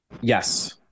Yes